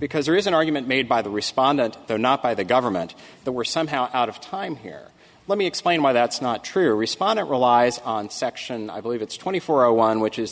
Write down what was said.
because there is an argument made by the respondent there not by the government the were somehow out of time here let me explain why that's not true respondent relies on section i believe it's twenty four zero one which is